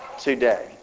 today